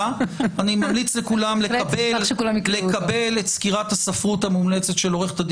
ממליץ לכולם לקבל את סקירת הספרות המומלצת של עו"ד